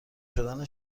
شدن